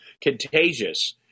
contagious